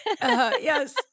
Yes